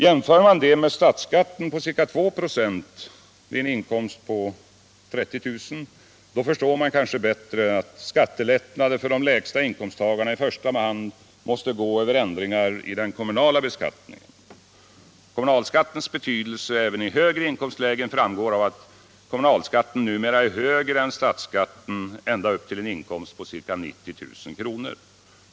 Jämför man det med statsskatten på ca 2 26 vid en inkomst på 30 000 kr., förstår man kanske bättre att skattelättnader för de lägsta inkomsttagarna i första hand måste gå över ändringar i den kommunala beskattningen. Kommunalskattens betydelse även i högre inkomstlägen framgår av att kommunalskatten numera är högre än statsskatten ända upp till en inkomst på ca 90 000 kr.